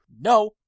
No